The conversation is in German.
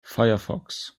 firefox